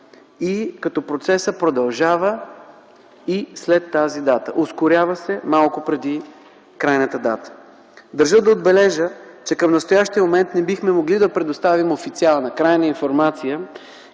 като процесът продължава и след тази дата. Ускорява се малко преди крайната дата. Държа да отбележа, че към настоящия момент не бихме могли да предоставим официална крайна информация